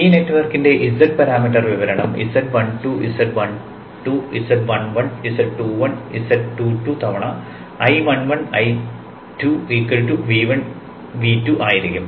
ഈ നെറ്റ്വർക്കിന്റെ z parameter വിവരണം z11 z12 z21 z22 തവണ I1 I2 V1 V2 ആയിരിക്കും